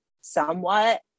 somewhat